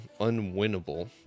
unwinnable